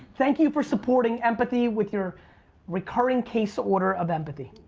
thank you for supporting empathy with your recurring case order of empathy.